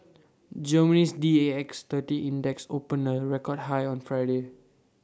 Germany's D A X thirty index opened A record high on Friday